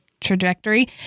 trajectory